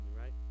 right